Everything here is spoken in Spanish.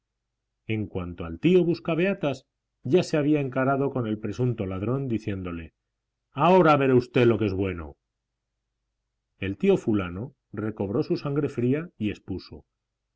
en cuanto al tío buscabeatas ya se había encarado con el presunto ladrón diciéndole ahora verá usted lo que es bueno el tío fulano recobró su sangre fría y expuso